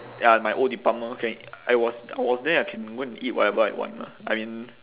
ya my old department I was I was there I can go and eat whatever I want lah I mean